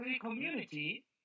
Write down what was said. community